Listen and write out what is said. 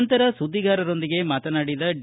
ನಂತರ ಸುದ್ದಿಗಾರರೊಂದಿಗೆ ಮಾತನಾಡಿದ ಡಿ